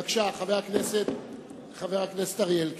בבקשה, חבר הכנסת אריאל.